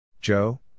Joe